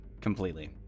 completely